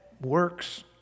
works